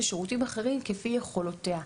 ושירותים אחרים כפי יכולותיה.